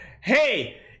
hey